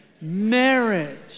marriage